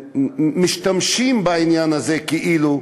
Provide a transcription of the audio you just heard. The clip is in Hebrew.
משתמשים בעניין הזה, כאילו,